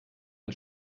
ein